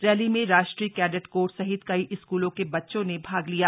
rally में राष्ट्रीय cadet corps सहित कई स्कूलों के बच्चों ने भाग लिया